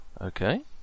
Okay